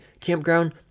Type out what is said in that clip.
campground